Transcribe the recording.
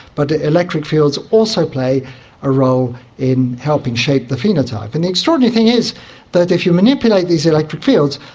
but electric fields also play a role in helping shape the phenotype. and the extraordinary thing is that if you manipulate these electric fields,